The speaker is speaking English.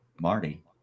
Marty